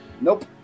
nope